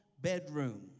bedroom